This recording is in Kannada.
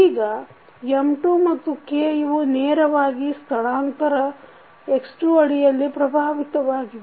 ಈಗ M2 ಮತ್ತು K ಇವು ನೇರವಾಗಿ ಸ್ಥಳಾಂತರ x2 ಅಡಿಯಲ್ಲಿ ಪ್ರಭಾವಿತವಾಗಿವೆ